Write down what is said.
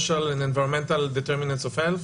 and environmental determinants of health.